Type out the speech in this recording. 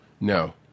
No